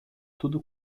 tudo